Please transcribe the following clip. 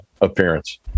appearance